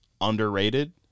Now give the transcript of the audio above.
underrated